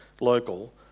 local